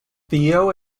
theo